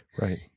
Right